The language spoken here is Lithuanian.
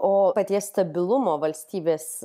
o paties stabilumo valstybės